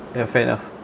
ya fair enough